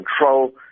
control